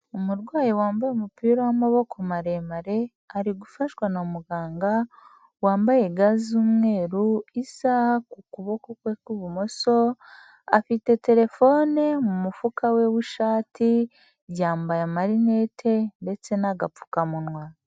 Umurwayi wambaye umupira w'amaboko maremare ari gufashwa na muganga wambaye ga z'umweru, isaha ku kuboko kwe kw'ibumoso, afite terefone mu mufuka we w'ishati, yambaye marinete ndetse n'agapfukamunwa.